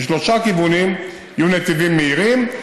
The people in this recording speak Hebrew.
משלושה כיוונים יהיו נתיבים מהירים,